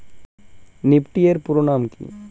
Nifty এর পুরোনাম কী?